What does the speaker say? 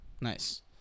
Nice